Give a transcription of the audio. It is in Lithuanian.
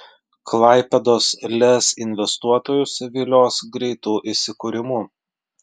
klaipėdos lez investuotojus vilios greitu įsikūrimu